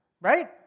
Right